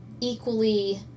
equally